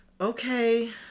okay